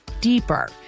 deeper